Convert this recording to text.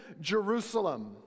Jerusalem